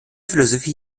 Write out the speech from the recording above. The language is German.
philosophie